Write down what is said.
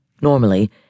Normally